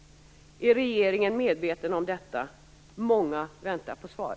Är regeringen medveten om detta? Många väntar på svar.